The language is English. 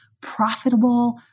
profitable